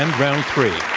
and round three.